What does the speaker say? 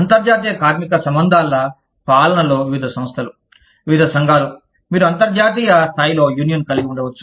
అంతర్జాతీయ కార్మిక సంబంధాల పాలన లో వివిధ సంస్థలు వివిధ సంఘాలు మీరు అంతర్జాతీయ స్థాయిలో యూనియన్ను కలిగి ఉండవచ్చు